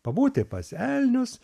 pabūti pas elnius